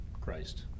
Christ